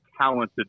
talented